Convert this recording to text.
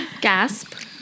Gasp